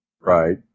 Right